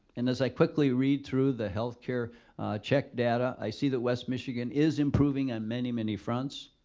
and as i quickly read through the healthcare check data, i see that west michigan is improving on many many fronts.